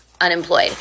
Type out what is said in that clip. Unemployed